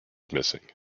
missing